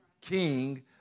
king